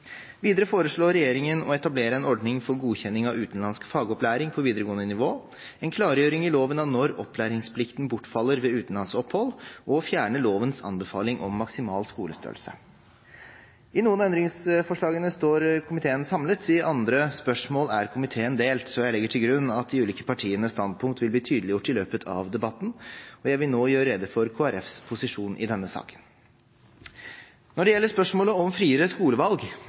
Videre foreslår regjeringen å etablere en ordning for godkjenning av utenlandsk fagopplæring på videregående nivå, en klargjøring i loven av når opplæringsplikten bortfaller ved utenlandsopphold, og å fjerne lovens anbefaling om maksimal skolestørrelse. Om noen av endringsforslagene står komiteen samlet, i andre spørsmål er komiteen delt, så jeg legger til grunn at de ulike partienes standpunkt vil bli tydeliggjort i løpet av debatten. Jeg vil nå gjøre rede for Kristelig Folkepartis posisjon i denne saken. Når det gjelder spørsmålet om friere skolevalg,